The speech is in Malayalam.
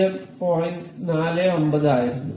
49 ആയിരുന്നു